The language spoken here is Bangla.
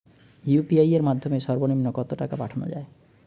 ইউ.পি.আই এর মাধ্যমে সর্ব নিম্ন কত টাকা পাঠানো য়ায়?